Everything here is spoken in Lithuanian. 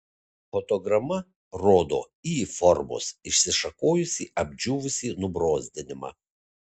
fotograma rodo y formos išsišakojusį apdžiūvusį nubrozdinimą